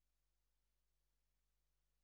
אני מחדש את ישיבת